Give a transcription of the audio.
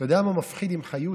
אתה יודע מה מפחיד עם חיות?